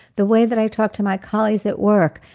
the way that i talk to my colleagues at work,